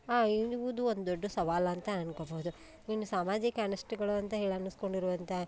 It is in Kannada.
ಹಾಂ ಇದು ಒಂದು ದೊಡ್ಡ ಸವಾಲು ಅಂತ ಅಂದ್ಕೊಬೋದು ಇನ್ನು ಸಾಮಾಜಿಕ ಅನಿಷ್ಟಗಳು ಅಂತ ಹೇಳಿ ಅನ್ನಿಸ್ಕೊಂಡಿರುವಂಥ